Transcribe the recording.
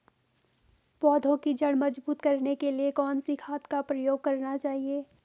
पौधें की जड़ मजबूत करने के लिए कौन सी खाद का प्रयोग करना चाहिए?